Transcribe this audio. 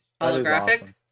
Holographic